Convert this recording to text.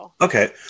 Okay